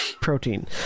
Protein